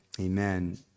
Amen